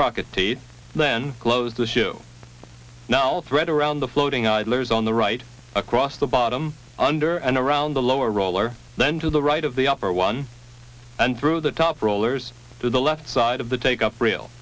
sprocket teeth then close the shoe now thread around the floating idlers on the right across the bottom under and around the lower roller then to the right of the upper one and through the top rollers to the left side of the take up real